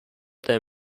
their